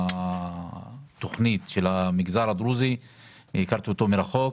התכנית של המגזר הדרוזי אלא הכרתי מרחוק.